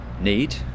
need